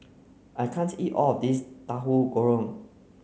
I can't eat all of this Tauhu Goreng